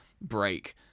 break